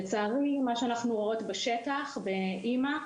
לצערי, מה שאנחנו רואות בשטח באמ"א